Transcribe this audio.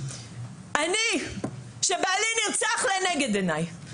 אני שבעלי נרצח לנגד עיניי,